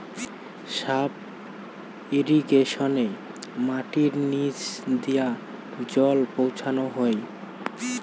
sub ইর্রিগেশনে মাটির নিচ নদী জল পৌঁছানো হই